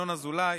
ינון אזולאי,